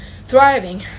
thriving